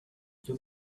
you